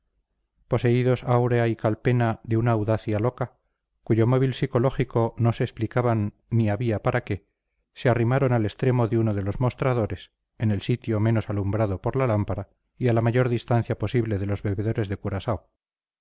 poseídos aura y calpena de una audacia loca cuyo móvil psicológico no se explicaban ni había para qué se arrimaron al extremo de uno de los mostradores en el sitio menos alumbrado por la lámpara y a la mayor distancia posible de los bebedores de curaao